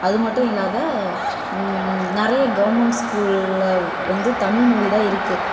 அது மட்டும் இல்லாது நிறைய கவர்ன்மெண்ட் ஸ்கூலில் வந்து தமிழ்மொழி தான் இருக்குது